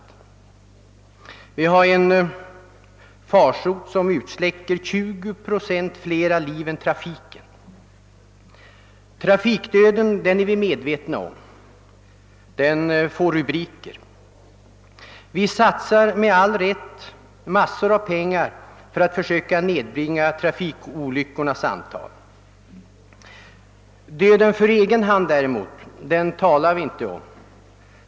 Vi har alltså här en farsot som utsläcker 20 procent flera liv än trafiken gör. Trafikdöden är vi medvetna om. Den får rubriker, och vi satsar med all rätt massor av pengar för att försöka nedbringa trafikolyckornas antal. Döden för egen hand talar vi däremot inte om.